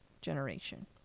generation